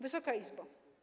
Wysoka Izbo!